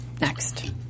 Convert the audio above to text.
next